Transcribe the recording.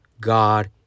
God